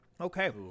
Okay